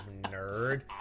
nerd